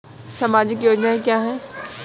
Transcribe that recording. सामाजिक योजना क्या है?